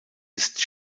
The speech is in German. ist